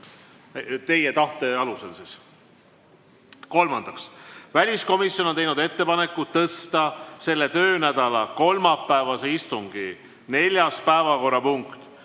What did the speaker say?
teie tahte alusel. Kolmandaks, väliskomisjon on teinud ettepaneku tõsta selle töönädala kolmapäevase istungi neljas päevakorrapunkt,